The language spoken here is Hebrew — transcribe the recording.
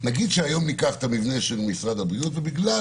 נגיד שהיום ניקח את המבנה של משרד הבריאות ובגלל